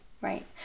Right